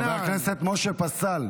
חבר הכנסת משה פסל,